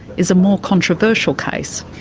is a more controversial case.